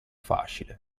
facile